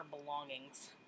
belongings